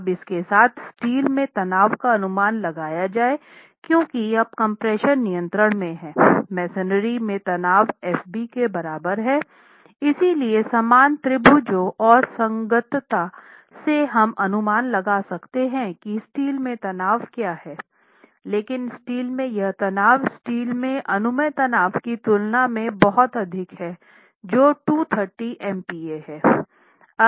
अब इसके साथ स्टील में तनाव का अनुमान लगाया जाए क्योंकि अब कम्प्रेशन नियंत्रण में हैं मेसनरी में तनाव Fb के बराबर है इसलिए समान त्रिभुजों और संगतता से हम अनुमान लगा सकते हैं कि स्टील में तनाव क्या है लेकिन स्टील में यह तनाव स्टील में अनुमेय तनाव की तुलना में बहुत अधिक है जो 230 MPa है